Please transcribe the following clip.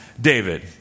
David